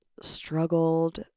struggled